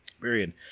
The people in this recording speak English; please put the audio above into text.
period